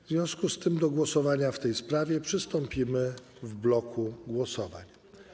W związku z tym do głosowania w tej sprawie przystąpimy w bloku głosowań.